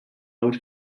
would